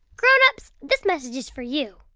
grown-ups, this message is for you